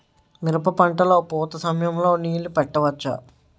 మిరప పంట లొ పూత సమయం లొ నీళ్ళు పెట్టవచ్చా?